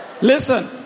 Listen